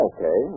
Okay